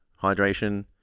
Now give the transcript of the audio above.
Hydration